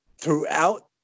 throughout